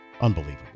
unbelievable